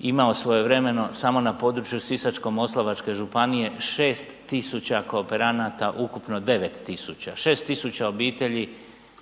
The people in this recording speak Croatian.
imao svojevremeno, samo na području Sisačko-moslavačke županije 6 tisuća kooperanata, ukupno 9 tisuća. 6 tisuća obitelji,